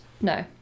No